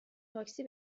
تاکسی